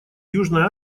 южная